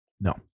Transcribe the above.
No